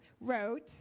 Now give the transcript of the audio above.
wrote